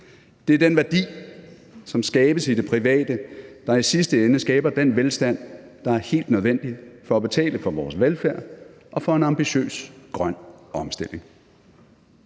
Det er den værdi, som skabes i det private, der i sidste ende skaber den velstand, der er helt nødvendig for at betale for vores velfærd og for en ambitiøs grøn omstilling.